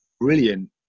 brilliant